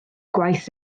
gwaith